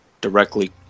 directly